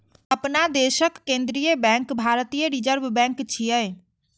अपना देशक केंद्रीय बैंक भारतीय रिजर्व बैंक छियै